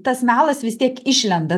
tas melas vis tiek išlenda